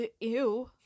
ew